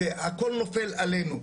הכל נופל עלינו.